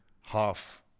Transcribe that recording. half